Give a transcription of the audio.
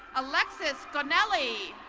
alexis gonelli